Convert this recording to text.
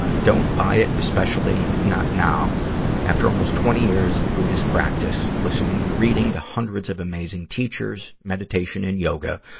ah don't buy it, especially not now after almost twenty years of buddhist practice, listening and reading to hundreds of amazing teachers, meditation, and yoga.